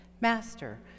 Master